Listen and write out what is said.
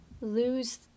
lose